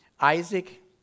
Isaac